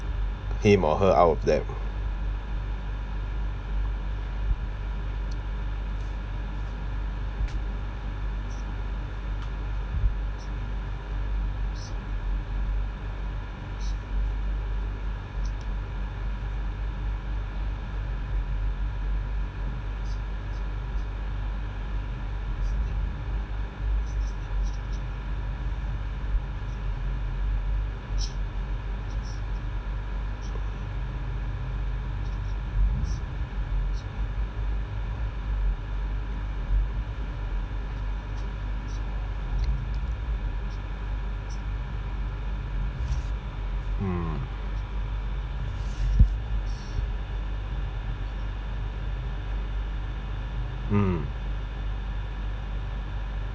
him or her out then mm mm